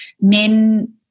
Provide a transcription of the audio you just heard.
men